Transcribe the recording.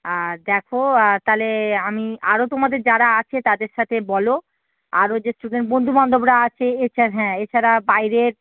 আর দেখো আর তাহলে আমি আরও তোমাদের যারা আছে তাদের সাথে বলো আরও যে স্টুডেন্ট বন্ধুবান্ধবরা আছে এছা হ্যাঁ এছাড়া বাইরের